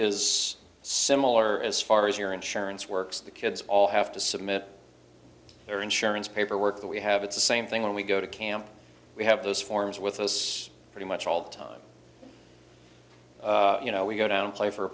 is similar as far as your insurance works the kids all have to submit their insurance paperwork that we have it's the same thing when we go to camp we have those forms with us pretty much all the time you know we go down play for a